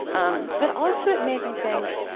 um but also, it made me think,